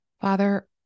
Father